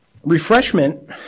refreshment